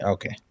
Okay